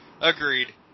agreed